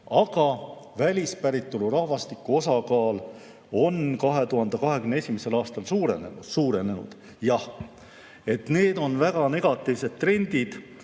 Aga välispäritolu rahvastiku osakaal on 2021. aastal suurenenud, jah. Need on väga negatiivsed trendid